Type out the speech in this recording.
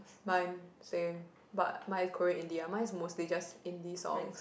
mine same but mine's Korean indie mine's mostly just indie songs